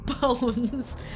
bones